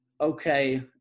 Okay